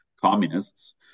communists